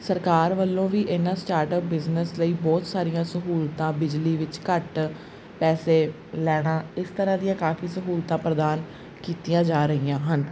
ਸਰਕਾਰ ਵੱਲੋਂ ਵੀ ਇਹਨਾਂ ਸਟਾਰਟਅਪ ਬਿਜ਼ਨਸ ਲਈ ਬਹੁਤ ਸਾਰੀਆਂ ਸਹੂਲਤਾਂ ਬਿਜਲੀ ਵਿੱਚ ਘੱਟ ਪੈਸੇ ਲੈਣਾ ਇਸ ਤਰ੍ਹਾਂ ਦੀਆਂ ਕਾਫੀ ਸਹੂਲਤਾਂ ਪ੍ਰਦਾਨ ਕੀਤੀਆਂ ਜਾ ਰਹੀਆਂ ਹਨ